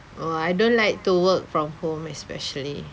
oh I don't like to work from home especially